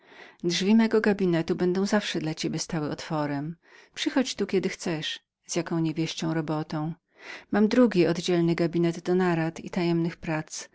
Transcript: mego gabinetu stoją zawsze dla ciebie otworem przychodź tu kiedy zechcesz z jaką niewieścią robotą mam drugi oddzielny gabinet do narad i tajemnych prac